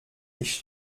ich